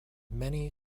many